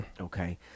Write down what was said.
Okay